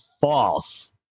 false